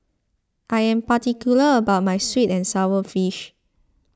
I am particular about my Sweet and Sour Fish